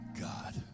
God